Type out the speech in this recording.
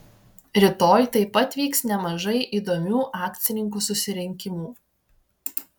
rytoj taip pat vyks nemažai įdomių akcininkų susirinkimų